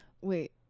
wait